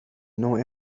نوع